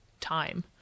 time